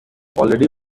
already